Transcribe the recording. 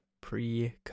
pre